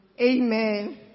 Amen